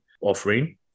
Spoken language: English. offering